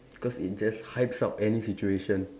cause it just hypes up any situation